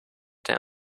down